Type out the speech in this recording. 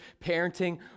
parenting